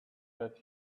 that